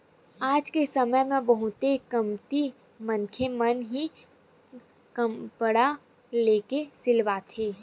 आज के समे म बहुते कमती मनखे मन ही कपड़ा लेके सिलवाथे